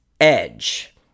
edge